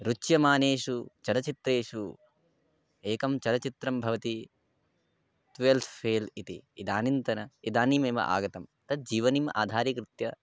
रोचमानेषु चलच्चित्रेषु एकं चलच्चित्रं भवति ट्वेल्त् फेल् इति इदानींतन इदानीमेव आगतं तद् जीवनम् आधारीकृत्य